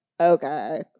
okay